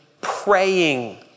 praying